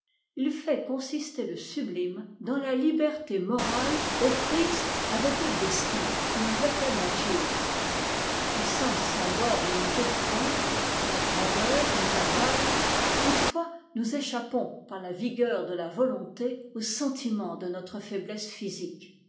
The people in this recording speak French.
il fait consister le sublime dans la liberté morale aux prises avec le destin ou avec la nature la puissance sans bornes nous épouvante la grandeur nous accable toutefois nous échappons par la vigueur de la votonté au sentiment de notre faiblesse physique